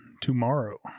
Tomorrow